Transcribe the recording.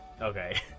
okay